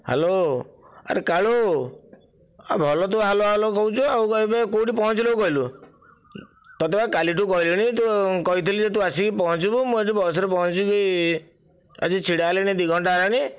hello ଆରେ କାଳୁ ଆ ଭଲ ତୁ ହ୍ୟାଲୋ ହ୍ୟାଲୋ କହୁଛୁ ଆଉ ଏବେ କେଉଁଠି ପହଞ୍ଚିଲୁ କହିଲୁ ତୋତେ ପା କାଲିଠୁ କହିଲିଣି ତୁ କହିଥିଲି ଯେ ତୁ ଆସିକି ପହଞ୍ଚିବୁ ମୁଁ ଏଠି ବସରେ ପହଞ୍ଚିକି ଆସିକି ଛିଡ଼ା ହେଲିଣି ଦୁଇ ଘଣ୍ଟା ହେଲାଣି